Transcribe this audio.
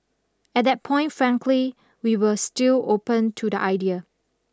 at that point frankly we were still open to the idea